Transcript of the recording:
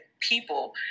people